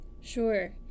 Sure